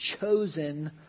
chosen